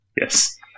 Yes